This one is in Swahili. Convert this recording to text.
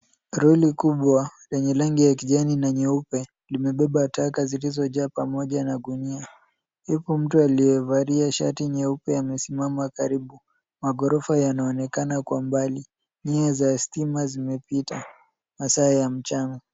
Kauli kubwa lenye rangi ya kijani na nyeupe limebeba taka zilizojaa pamoja na gunia. Yupo mtu aliyevalia shati nyeupe amesimama karibu. Magorofa yanaonekana kwa mbali. Nyaya za stima zimepita. Masaa ya mchana.